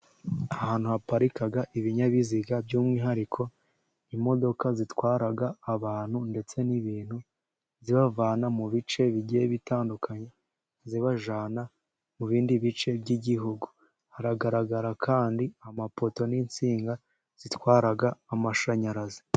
Ahantu haparika ibinyabiziga by'umwihariko, imodoka zitwara abantu ndetse n'ibintu, zibavana mu bice bigiye bitandukanye, zibajyana mu bindi bice by'igihugu. Haragaragara kandi amapoto n'insinga zitwara amashanyarazi.